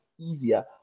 easier